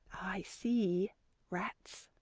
i see rats,